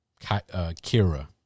Kira